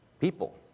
People